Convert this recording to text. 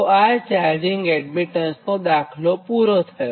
તો આ charging admittance નો દાખલો પુરો થયો